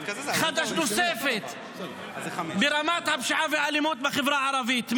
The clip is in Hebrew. נוספת ברמת הפשיעה והאלימות בחברה הערבית.